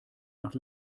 nach